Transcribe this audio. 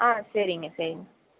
ஆ சரிங்க சரி